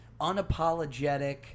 unapologetic